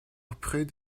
auprès